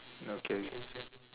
okay okay